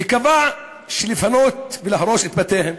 וקבע לפנות ולהרוס את בתיהם